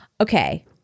Okay